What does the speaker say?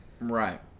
Right